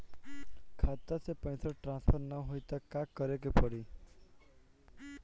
खाता से पैसा टॉसफर ना होई त का करे के पड़ी?